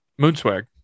Moonswag